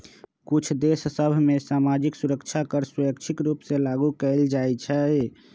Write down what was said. कुछ देश सभ में सामाजिक सुरक्षा कर स्वैच्छिक रूप से लागू कएल जाइ छइ